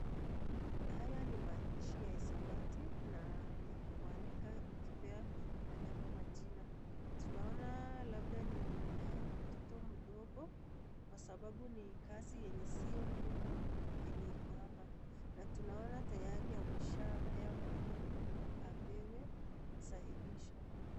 Haya ni maandishi ya hisabati na ya kuandika ukipea wanyama majina. Tunaona labda ni ya mtoto mdogo, kwa sababu ni kazi yenye sio ngumu yenye iko hapa na tunaona ameshapea mwalimu apewe sahihisho.